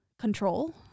control